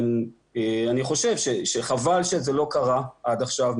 אני חושב שחבל שזה לא קרה עד עכשיו,